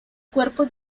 cuerpos